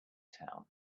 town